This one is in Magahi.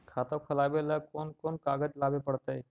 खाता खोलाबे ल कोन कोन कागज लाबे पड़तै?